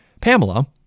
Pamela